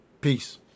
peace